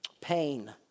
pain